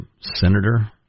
Senator